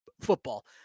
football